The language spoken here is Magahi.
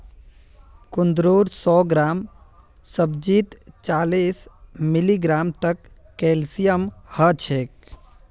कुंदरूर सौ ग्राम सब्जीत चालीस मिलीग्राम तक कैल्शियम ह छेक